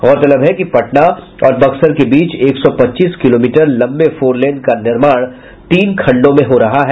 गौरतलब है कि पटना और बक्सर के बीच एक सौ पच्चीस किलोमीटर लंबे फोरलेन का निर्माण तीन खण्डों में हो रहा है